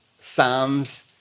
psalms